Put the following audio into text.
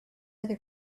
other